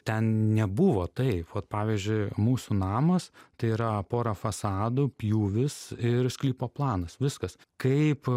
ten nebuvo taip vat pavyzdžiui mūsų namas tai yra pora fasadų pjūvis ir sklypo planas viskas kaip